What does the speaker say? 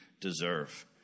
deserve